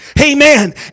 Amen